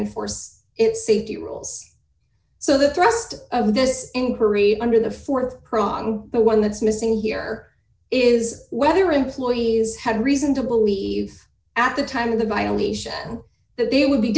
enforce its safety rules so the thrust of this inquiry under the th prong the one that's missing here is whether employees had reason to believe at the time of the buy a lesion that they would be